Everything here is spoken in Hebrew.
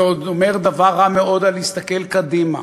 זה גם אומר דבר רע מאוד על להסתכל קדימה.